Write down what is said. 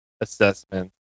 assessment